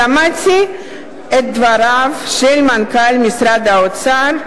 שמעתי את דבריו של מנכ"ל משרד האוצר,